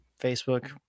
Facebook